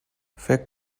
فکر